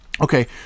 okay